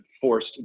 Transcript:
forced